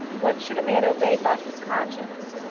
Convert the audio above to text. what should a man obey but his conscience?